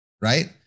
Right